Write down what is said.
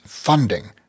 funding